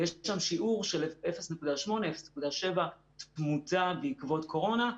ויש שם שיעור של 0.8, 0.7 תמותה בעקבות קורונה.